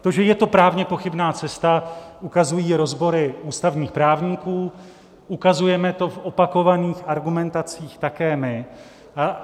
To, že je to právně pochybná cesta, ukazují rozbory ústavních právníků, ukazujeme to v opakovaných argumentacích také my.